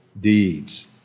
deeds